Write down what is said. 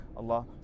Allah